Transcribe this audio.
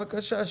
בבקשה.